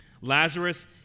Lazarus